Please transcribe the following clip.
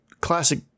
classic